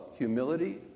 humility